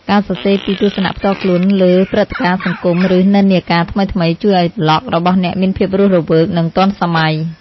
ការសរសេរពីទស្សនៈផ្ទាល់ខ្លួនលើព្រឹត្តិការណ៍សង្គម ឬនិន្នាការថ្មីៗ ជួយឱ្យប្លក់របស់អ្នកមានភាពរស់រវើក និងទាន់សម័យ។